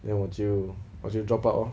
then 我就我就 drop out lor